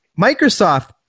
Microsoft